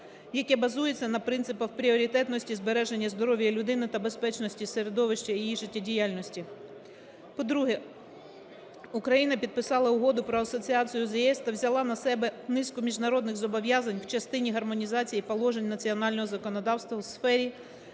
яке базується на принципах пріоритетності збереження здоров'я людини та безпечності середовища її життєдіяльності. По-друге, Україна підписала Угоду про асоціацію з ЄС та взяла на себе низку міжнародних зобов'язань в частині гармонізації положень національного законодавства в сфері